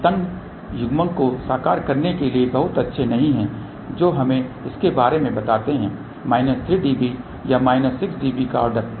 वे तंग युग्मन को साकार करने के लिए बहुत अच्छे नहीं हैं जो हमें इसके बारे में बताते हैं माइनस 3 dB या माइनस 6 dB का ऑर्डर